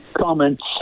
comments